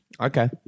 Okay